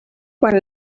quan